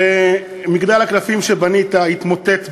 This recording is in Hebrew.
ומגדל הקלפים שבנית התמוטט באחת,